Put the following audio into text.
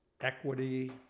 equity